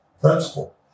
principle